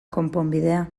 konponbidea